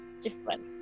different